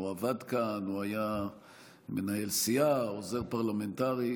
או עבד כאן, או היה מנהל סיעה, עוזר פרלמנטרי.